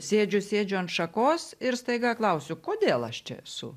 sėdžiu sėdžiu ant šakos ir staiga klausiu kodėl aš čia esu